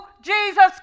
Jesus